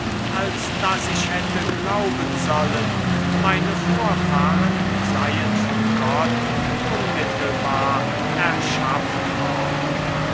als daß ich hätte glauben sollen meine vorfahren seien von gott unmittelbar erschaffen worden